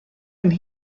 and